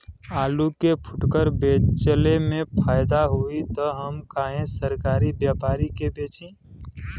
आलू के फूटकर बेंचले मे फैदा होई त हम काहे सरकारी व्यपरी के बेंचि?